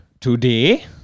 today